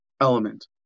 element